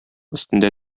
өстендә